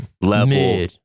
level